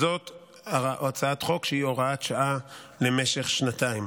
זאת הצעת חוק שהיא הוראת שעה למשך שנתיים.